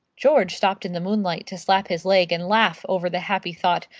george stopped in the moonlight to slap his leg and laugh over the happy thought.